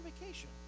vacation